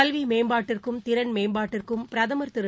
கல்வி மேம்பாட்டிற்கும் திறன் மேம்பாட்டிற்கும் பிரதமர் திரு